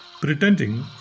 pretending